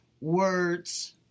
words